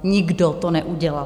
Nikdo to neudělal!